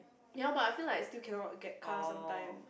ya but I feel like still cannot get car sometimes